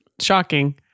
shocking